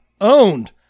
owned